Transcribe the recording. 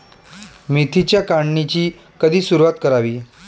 मेथीच्या काढणीची कधी सुरूवात करावी?